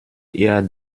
ihr